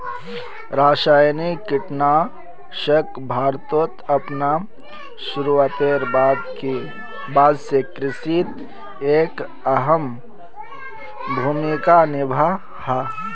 रासायनिक कीटनाशक भारतोत अपना शुरुआतेर बाद से कृषित एक अहम भूमिका निभा हा